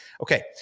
Okay